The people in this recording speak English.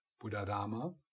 Buddha-Dharma